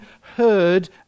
heard